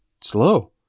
slow